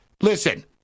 Listen